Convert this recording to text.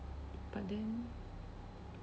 but then